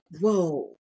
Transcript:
whoa